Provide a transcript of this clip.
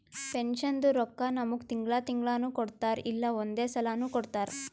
ಪೆನ್ಷನ್ದು ರೊಕ್ಕಾ ನಮ್ಮುಗ್ ತಿಂಗಳಾ ತಿಂಗಳನೂ ಕೊಡ್ತಾರ್ ಇಲ್ಲಾ ಒಂದೇ ಸಲಾನೂ ಕೊಡ್ತಾರ್